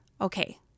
Okay